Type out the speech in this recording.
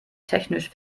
technisch